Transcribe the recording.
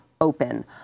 open